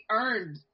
earned